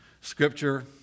scripture